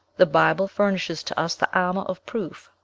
the bible furnishes to us the armour of proof,